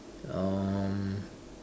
um